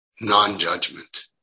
non-judgment